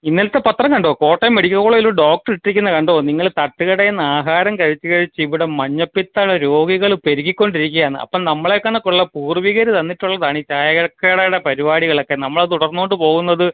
ഇന്നലത്തെ പത്രം കണ്ടോ കോട്ടയം മെഡിക്കൽ കോളേജിലൊരു ഡോക്ടർ ഇട്ടിരിക്കുന്നത് കണ്ടോ നിങ്ങൾ തട്ട് കടയിൽ നിന്ന് ആഹാരം കഴിച്ച് കഴിച്ച് ഇവിടെ മഞ്ഞപ്പിത്തമുള്ള രോഗികൾ പെരുകിക്കൊണ്ടിരിക്കുകയാണെന്ന് അപ്പം നമ്മളെക്കാണക്കുള്ള പൂർവികർ തന്നിട്ടുള്ള പണി ചായക്കടയുടെ പരിപാടികളൊക്കെ നമ്മൾ തുടർന്നു കൊണ്ട് പോകുന്നത്